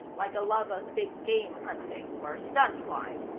like a love of big-game hunting, or stunt-flying.